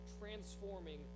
transforming